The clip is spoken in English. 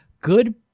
good